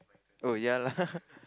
oh ya lah